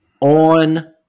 on